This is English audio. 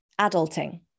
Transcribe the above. adulting